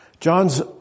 John's